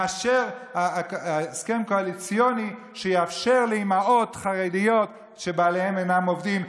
מאשר הסכם קואליציוני שיאפשר לאימהות חרדיות שבעליהן אינם עובדים,